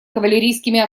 кавалерийскими